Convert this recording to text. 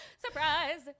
Surprise